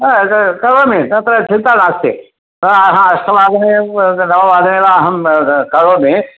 हा क करोमि तत्र चिन्ता नास्ति हा हा अष्टवादने व् नववादने वा अहं करोमि